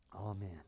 Amen